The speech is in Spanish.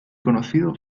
conocido